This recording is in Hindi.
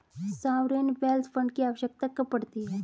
सॉवरेन वेल्थ फंड की आवश्यकता कब पड़ती है?